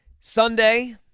Sunday